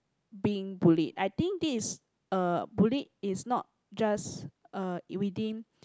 being bullied I think this is uh bullied is not just uh within